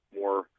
more